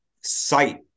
sight